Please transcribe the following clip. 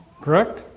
Correct